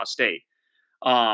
State